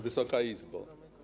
Wysoka Izbo!